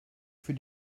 für